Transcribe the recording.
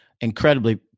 incredibly